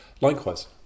Likewise